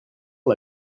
l’a